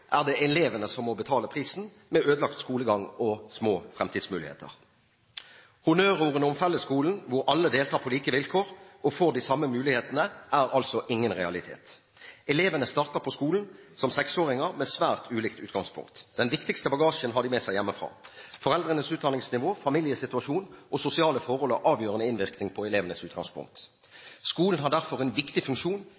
er det elevene som må betale prisen, med ødelagt skolegang og små fremtidsmuligheter. Honnørordene om fellesskolen, hvor alle deltar på like vilkår og får de samme mulighetene, er altså ingen realitet. Elevene starter på skolen som seksåringer med svært ulikt utgangspunkt. Den viktigste bagasjen har de med seg hjemmefra. Foreldrenes utdanningsnivå, familiesituasjon og sosiale forhold har avgjørende innvirkning på elevenes utgangspunkt.